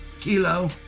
Kilo